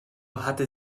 hatte